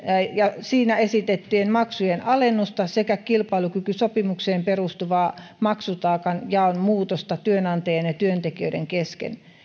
ja siinä esitettyjen maksujen alennusta sekä kilpailukykysopimukseen perustuvaa maksutaakan jaon muutosta työnantajien ja työntekijöiden kesken